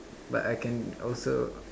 but I can also